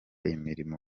imirimo